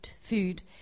food